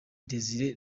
desire